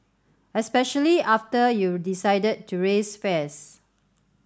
especially after you decided to raise fares